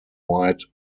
wide